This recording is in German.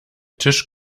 tisch